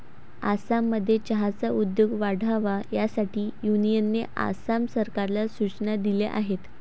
आसाममध्ये चहाचा उद्योग वाढावा यासाठी युनियनने आसाम सरकारला सूचना दिल्या आहेत